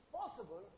possible